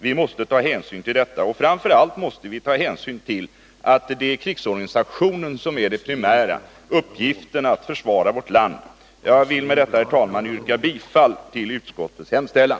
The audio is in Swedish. Vi måste ta hänsyn till detta, och framför allt måste vi tänka på att krigsorganisationen och uppgiften att försvara vårt land är det primära. Jag ber med detta, herr talman, att få yrka bifall till utskottets hemställan.